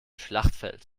schlachtfeld